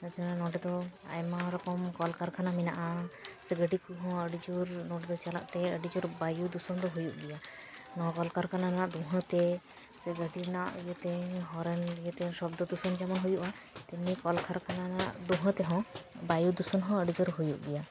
ᱛᱟᱪᱷᱟᱲᱟ ᱱᱚᱸᱰᱮ ᱫᱚ ᱟᱭᱢᱟ ᱨᱚᱠᱚᱢ ᱠᱚᱞ ᱠᱟᱨᱠᱷᱟᱱᱟ ᱢᱮᱱᱟᱜᱼᱟ ᱥᱮ ᱜᱟᱹᱰᱤ ᱠᱚᱦᱚᱸ ᱟᱹᱰᱤᱡᱳᱨ ᱱᱚᱸᱰᱮ ᱫᱚ ᱪᱟᱞᱟᱜ ᱛᱮ ᱟᱹᱰᱤᱡᱳᱨ ᱵᱟᱭᱩ ᱫᱩᱥᱚᱱ ᱫᱚ ᱦᱩᱭᱩᱜ ᱜᱮᱭᱟ ᱱᱚᱶᱟ ᱠᱚᱞᱠᱟᱨᱠᱷᱟᱱᱟ ᱨᱮᱱᱟᱜ ᱫᱩᱸᱦᱟᱹᱛᱮ ᱥᱮ ᱜᱟᱹᱰᱤ ᱨᱮᱱᱟᱜ ᱤᱭᱟᱹᱛᱮ ᱦᱚᱨᱮᱱ ᱤᱭᱟᱹᱛᱮ ᱥᱚᱵᱫᱚ ᱫᱩᱥᱚᱱ ᱡᱮᱢᱚᱱ ᱦᱩᱭᱩᱜᱼᱟ ᱛᱮᱢᱱᱤ ᱠᱚᱞ ᱠᱟᱨᱠᱷᱟᱱᱟ ᱨᱮᱱᱟᱜ ᱫᱩᱸᱦᱟᱹ ᱛᱮᱦᱚᱸ ᱵᱟᱹᱭᱩ ᱫᱩᱥᱚᱱ ᱦᱚᱸ ᱟᱹᱰᱤ ᱡᱳᱨ ᱦᱩᱭᱩᱜ ᱜᱮᱭᱟ